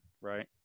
right